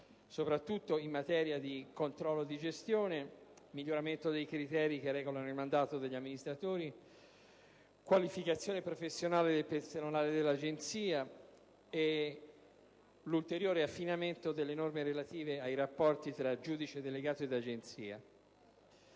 soprattutto in materia di controllo di gestione, miglioramento dei criteri che regolano il mandato degli amministratori, qualificazione professionale del personale dell'Agenzia e per un ulteriore affinamento delle norme relative ai rapporti tra giudice delegato ed Agenzia.